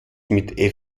mit